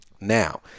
Now